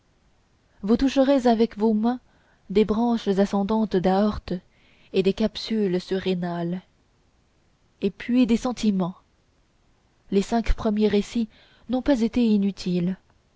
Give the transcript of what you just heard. vous toucherez avec vos mains des branches ascendantes d'aorte et des capsules surrénales et puis des sentiments les cinq premiers récits n'ont pas été inutiles